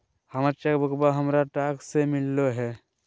हमर चेक बुकवा हमरा डाक से मिललो हे